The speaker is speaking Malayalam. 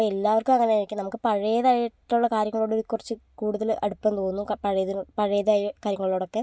അപ്പം എല്ലാവർക്കും അങ്ങനെയായിരിക്കും നമുക്ക് പഴയതായിട്ടുള്ള കാര്യങ്ങളോടൊരു കുറച്ച് കൂടുതല് അടുപ്പം തോന്നും പഴയതിന് പഴയതായ കാര്യങ്ങളോടൊക്കെ